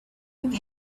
have